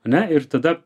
na ir tada